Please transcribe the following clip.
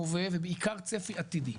הווה ובעיקר צפי עתידי.